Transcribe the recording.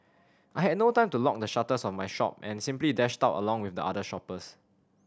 I had no time to lock the shutters of my shop and simply dashed out along with the other shoppers